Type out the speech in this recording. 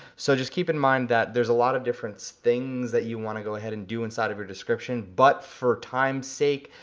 so just keep in mind that there's a lot of different so things that you wanna go ahead and do inside of your description, but for time's sake,